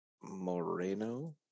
Moreno